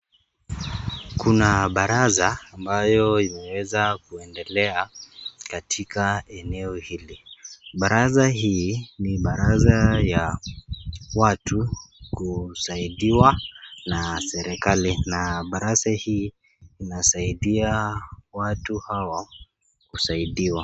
Kuna baraza ambayo imeweza kuendelea katika eneo hili. Baraza hii ni baraza ya watu kusaidiwa na serikali na baraza hii inasaidia watu hao kusaidiwa.